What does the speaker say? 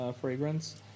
fragrance